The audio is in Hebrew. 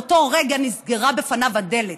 באותו רגע נסגרה בפניו הדלת.